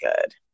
good